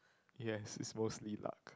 yes it's mostly luck